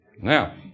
Now